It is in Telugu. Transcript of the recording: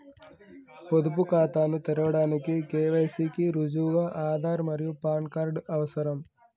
పొదుపు ఖాతాను తెరవడానికి కే.వై.సి కి రుజువుగా ఆధార్ మరియు పాన్ కార్డ్ అవసరం